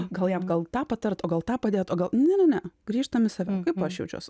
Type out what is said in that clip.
gal jam gal tą patart o gal tą padėt o gal ne ne ne grįžtam į save kaip aš jaučiuos